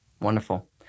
Wonderful